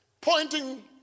pointing